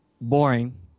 boring